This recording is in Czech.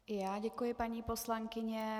I já děkuji, paní poslankyně.